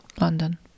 London